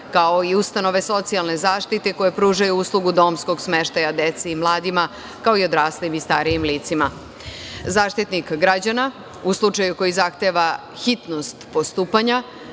kao i ustanove socijalne zaštite koje pružaju uslugu domskog smeštaja dece i mladima, kao i odraslim i starijim licima.Zaštitnik građana, u slučaju koji zahteva hitnost postupanja,